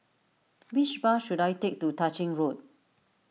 which bus should I take to Tah Ching Road